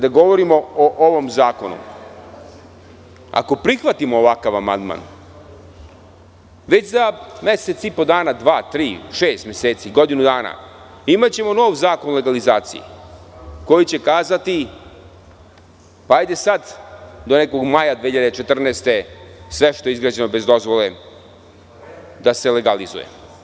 Kada govorimo o ovom zakonu, ako prihvatimo ovakav amandman već za mesec i po dana, dva, tri, šest meseci, godinu dana imaćemo nov zakon o legalizaciji koji će kazati, hajde sad do nekog maja 2014. godine sve što je izgrađeno bez dozvole da se legalizuje.